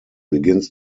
begins